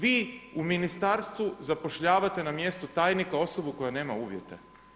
Vi u ministarstvu zapošljavate na mjestu tajnika osobu koja nema uvjete.